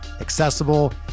accessible